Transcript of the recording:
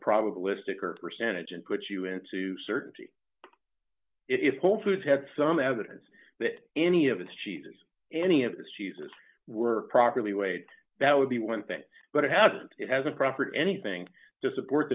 probabilistic or percentage and put you into certainty if whole foods had some evidence that any of us cheese any of the cheeses were properly weighed that would be one thing but it hasn't it hasn't property anything to support